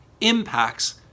impacts